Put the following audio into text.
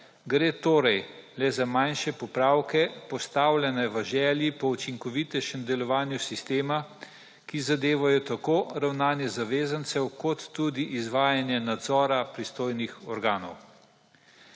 Gre torej le za manjše popravke, postavljene v želji po učinkovitejšem delovanju sistema, ki zadevajo tako ravnanje zavezancev kot tudi izvajanje nadzora pristojnih organov.